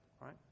Right